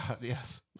yes